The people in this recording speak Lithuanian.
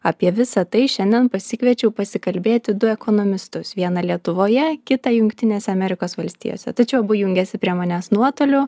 apie visa tai šiandien pasikviečiau pasikalbėti du ekonomistus vieną lietuvoje kitą jungtinėse amerikos valstijose tačiau abu jungiasi prie manęs nuotoliu